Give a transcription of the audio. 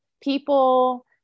people